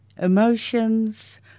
emotions